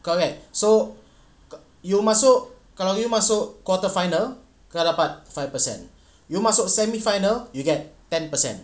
correct so you masuk kalau you masuk quarter final sudah dapat five percent you masuk semi final you get ten percent